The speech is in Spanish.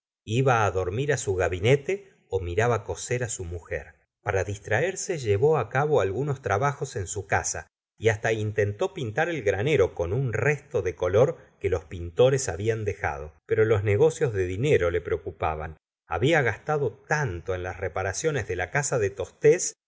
iba dormir su gabinete ó miraba coser á su mujer para distraerse llevó cabo algunos trabajos en su casa y hasta intentó pintar el granero con un resto de color que los pintores habían dejado pero los negocios de dinero le preocupaban había gastado tanto en las reparaciones de las casa de tostes